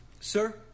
Sir